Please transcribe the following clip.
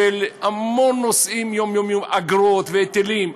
המון נושאים יומיומיים, אגרות והיטלים.